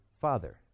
father